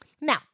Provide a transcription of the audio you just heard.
Now